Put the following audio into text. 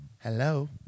Hello